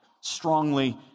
strongly